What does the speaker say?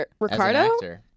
Ricardo